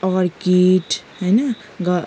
orchid होइन गर